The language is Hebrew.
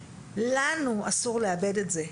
לנו אסור לאבד את זה.